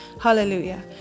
Hallelujah